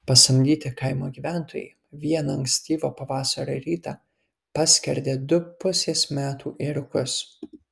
pasamdyti kaimo gyventojai vieną ankstyvo pavasario rytą paskerdė du pusės metų ėriukus